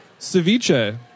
Ceviche